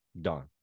done